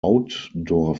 outdoor